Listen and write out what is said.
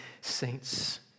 saints